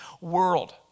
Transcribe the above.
world